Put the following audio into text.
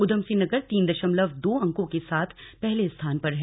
ऊधमसिंह नगर तीन द मलव दो अंको के साथ पहले स्थान पर है